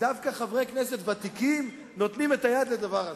ודווקא חברי כנסת ותיקים נותנים יד לדבר הזה.